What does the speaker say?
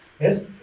yes